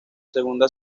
segunda